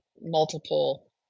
multiple